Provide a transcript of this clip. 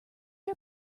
are